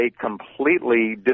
completely